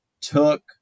took